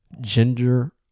Gender